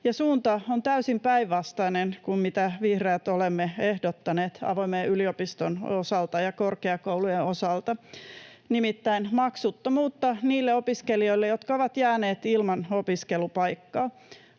suunta on täysin päinvastainen kuin mitä me vihreät olemme ehdottaneet avoimen yliopiston osalta ja korkeakoulujen osalta, nimittäin maksuttomuutta niille opiskelijoille, jotka ovat jääneet ilman opiskelupaikkaa.